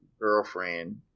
girlfriend